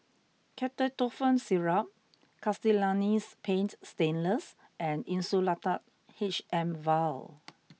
Ketotifen Syrup Castellani's Paint Stainless and Insulatard H M vial